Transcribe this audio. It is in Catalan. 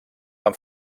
van